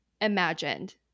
imagined